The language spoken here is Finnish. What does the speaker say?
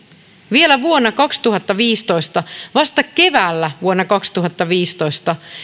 vielä vuonna kaksituhattaviisitoista vasta keväällä vuonna kaksituhattaviisitoista